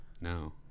No